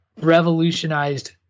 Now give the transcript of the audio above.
revolutionized